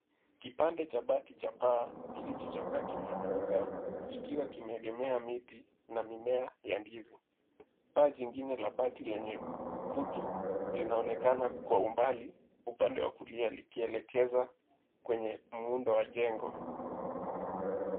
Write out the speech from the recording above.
Kipande cha bati cha paa kilicho cha kati kimeanguka kikiwa kimeegemea miti na mimea ya ndizi. Paa jingine la bati lenye kutu, linaonekana kwa umbali upande wa kulia likielekeza kwenye muundo wa jengo.